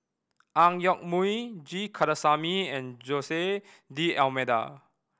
Ang Yoke Mooi G Kandasamy and Jose D'Almeida